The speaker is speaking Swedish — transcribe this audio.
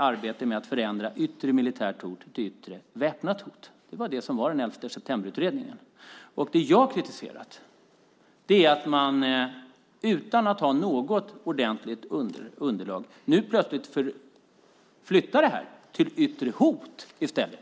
arbetet med att förändra yttre militärt hot till yttre väpnat hot. Det var 11 september-utredningen. Jag har kritiserat att man utan att ha något ordentligt underlag nu plötsligt flyttar detta till yttre hot i stället.